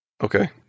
Okay